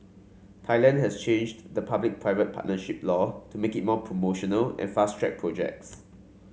Thailand has changed the public private partnership law to make it more promotional and fast track projects